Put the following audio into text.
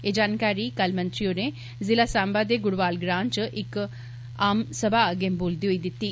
एह् जानकारी कल मंत्री होरें जिला सांबा गुडवाल ग्रां च इक आम सभा अग्गै बोलदे होई दित्ती